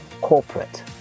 corporate